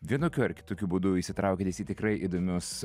vienokiu ar kitokiu būdu įsitraukiantis į tikrai įdomius